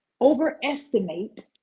overestimate